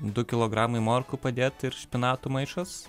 du kilogramai morkų padėt ir špinatų maišas